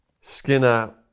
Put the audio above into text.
Skinner